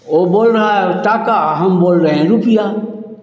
और बोल रहा है उ टाका हम बोल रहे हैं रूपया